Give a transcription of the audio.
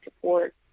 support